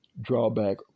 drawback